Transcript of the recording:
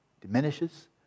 diminishes